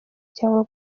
cyangwa